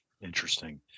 Interesting